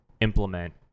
implement